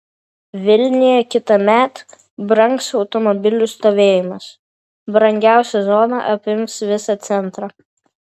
vilniuje kitąmet brangs automobilių stovėjimas brangiausia zona apims visą centrą